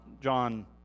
John